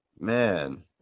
Man